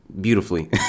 beautifully